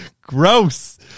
Gross